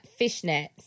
fishnets